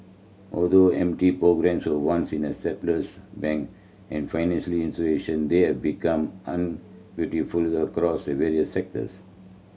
although M T programmes were once a of bank and financial institution they have become across various sectors